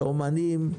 באומנים.